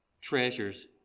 treasures